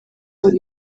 ubu